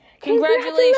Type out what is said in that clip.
Congratulations